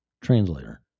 Translator